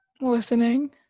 Listening